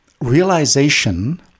realization